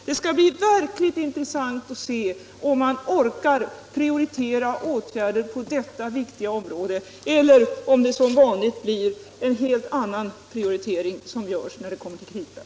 Det skall bli verkligt intressant att se om regeringen orkar prioritera åtgärder på detta viktiga område eller om det som vanligt blir en helt annan prioritering som görs när det kommer till kritan.